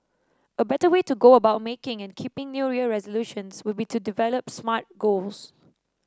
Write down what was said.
a better way to go about making and keeping New Year resolutions would be to develop smart goals